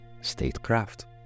statecraft